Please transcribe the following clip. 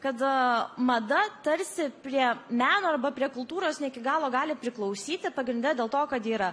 kad aaa mada tarsi prie meno arba prie kultūros ne iki galo gali priklausyti pagrinde dėl to kad ji yra